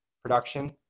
Production